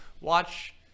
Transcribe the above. watch